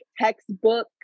textbook